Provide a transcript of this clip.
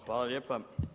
Hvala lijepa.